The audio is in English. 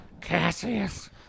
Cassius